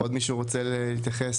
עוד מישהו רוצה להתייחס?